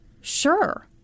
sure